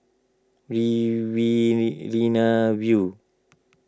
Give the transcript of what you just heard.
Riverina View